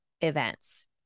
events